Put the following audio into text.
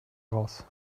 raus